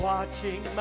Watching